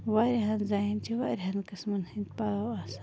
وارِیاہن زَنٮ۪ن چھِ وارِیاہن قٕسمن ہٕنٛدۍ پَلو آسان